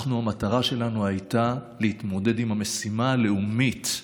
המטרה שלנו הייתה להתמודד עם המשימה הלאומית,